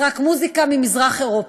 אז רק מוזיקה ממזרח אירופה.